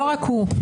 לא רק הוא.